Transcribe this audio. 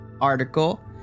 article